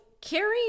Carrie